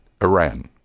Iran